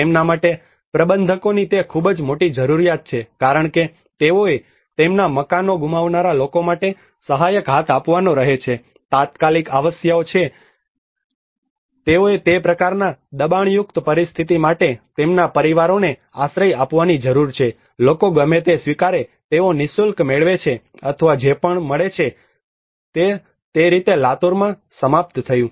તેમના માટે પ્રબંધકોની તે ખૂબ જ મોટી જરૂરિયાત છે કારણ કે તેઓએ તેમના મકાનો ગુમાવનારા લોકો માટે સહાયક હાથ આપવાનો રહે છે તાત્કાલિક આવશ્યકતા છે કે તેઓએ તે પ્રકારના દબાણયુક્ત પરિસ્થિતિ માટે તેમના પરિવારોને આશ્રય આપવાની જરૂર છે લોકો ગમે તે સ્વીકારે છે તેઓ નિશુલ્ક મેળવે છે અથવા જે પણ મળે છે તે તે રીતે લાતુરમાં સમાપ્ત થયું